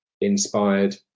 inspired